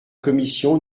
commission